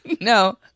No